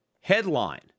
headline